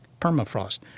permafrost